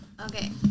Okay